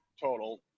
total